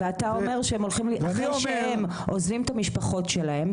ואתה אומר אחרי שהם עוזבים את המשפחות שלהם,